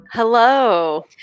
Hello